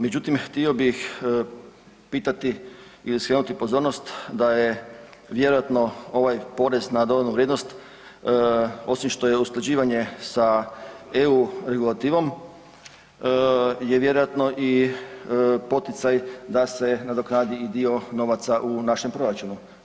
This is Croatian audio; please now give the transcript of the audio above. Međutim, htio bih pitati ili skrenuti pozornost da je vjerojatno ovaj porez na dodanu vrijednost osim što je usklađivanje sa EU regulativom je vjerojatno i poticaj da se nadoknadi i dio novaca u našem proračunu.